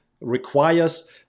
requires